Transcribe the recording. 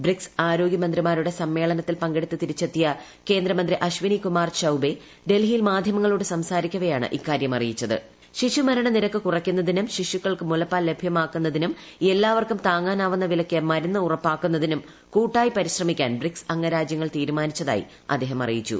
BRICS ആരോഗ്യമന്ത്രിമാരുടെ സമ്മേളനത്തിൽ പങ്കെടൂത്തു തിരിച്ചെത്തിയ കേന്ദ്രമന്ത്രി അശ്വിനി കുമാർ ചൌബെ ഡൽഹിയിൽ മാധ്യമങ്ങളോട് സംസാരിക്കവെയാണ് ഇക്കാര്യം അറിയിച്ചത് ് ശിശുമരണ നിരക്ക് കുറയ്ക്കുന്നതിനും ശിശുക്കൾക്ക് മുലപ്പാൽ ലഭ്യമാക്കുന്നതിനും എല്ലാവർക്കും താങ്ങാനാകുന്ന വിലയ്ക്ക് മരുന്ന് ഉറപ്പാക്കുന്നതിനും കൂട്ടായി പരിശ്രമിക്കാൻ ബ്രിക്സ് അംഗരാജ്യങ്ങൾ തീരുമാനിച്ചതായി അദ്ദേഹം അറിയിച്ചു